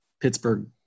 Pittsburgh